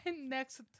next